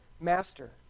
master